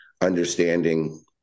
understanding